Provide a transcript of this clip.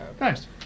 Nice